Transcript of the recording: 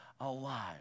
alive